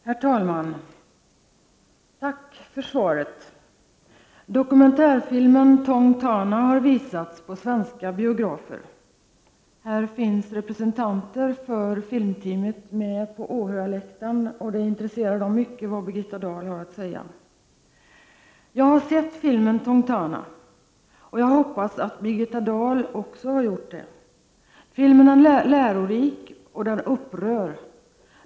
Herr talman! Tack för svaret. Dokumentärfilmen ”Tong Tana” har visats på svenska biografer. På åhörarläktaren sitter representanter för filmteamet, och det intresserar dem mycket vad Birgitta Dahl har att säga. Jag har sett filmen ”Tong Tana” och jag hoppas att Birgitta Dahl också har gjort det. Filmen är lärorik och den upprör.